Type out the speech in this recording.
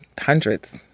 hundreds